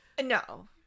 No